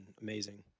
amazing